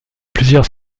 plusieurs